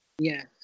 Yes